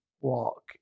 walk